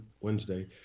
Wednesday